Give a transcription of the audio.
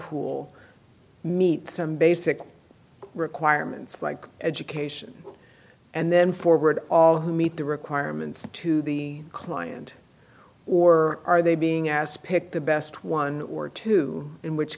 pool meet some basic requirements like education and then forward all who meet the requirements to the client or are they being asked to pick the best one or two in which